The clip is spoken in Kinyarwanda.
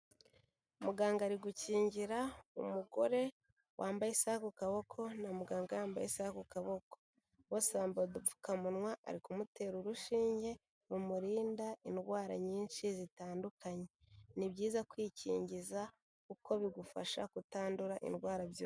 Muganga ari gukingira umugore wambaye isaha ku kaboko na muganga yambaye isaha ku kaboko, bose bambaye udupfukamunwa, ari kumutera urushinge rumurinda indwara nyinshi zitandukanye, ni byiza kwikingiza kuko bigufasha kutandura indwara